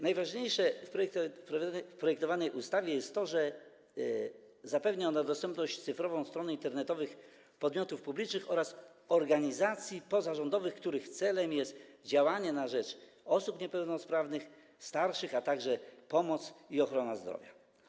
Najważniejsze w projektowanej ustawie jest to, że zapewnia ona dostępność cyfrową stron internetowych podmiotów publicznych oraz organizacji pozarządowych, których celem jest działanie na rzecz osób niepełnosprawnych, starszych, a także pomoc i ochrona zdrowia.